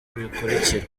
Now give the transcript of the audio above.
bikurikira